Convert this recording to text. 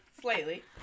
Slightly